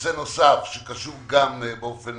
נושא נוסף שקשור גם באופן